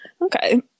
Okay